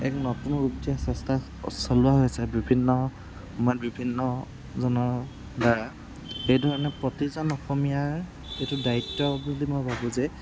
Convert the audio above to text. এক নতুন ৰূপ দিয়াৰ চেষ্টা চলোৱা হৈছে বিভিন্ন সময়ত বিভিন্ন জনৰদ্বাৰা এইধৰণে প্ৰতিজন অসমীয়াৰ এইটো দায়িত্ব বুলি মই ভাবোঁ যে